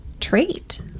trait